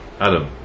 Adam